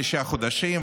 תשעה חודשים,